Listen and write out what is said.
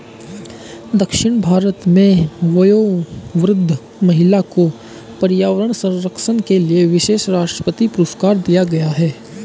दक्षिण भारत में वयोवृद्ध महिला को पर्यावरण संरक्षण के लिए विशेष राष्ट्रपति पुरस्कार दिया गया है